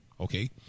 okay